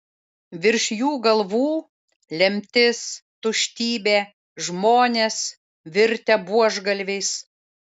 virš jų galvų lemtis tuštybė žmonės virtę buožgalviais